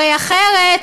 הרי אחרת,